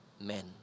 men